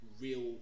real